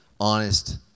honest